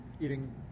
eating